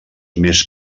més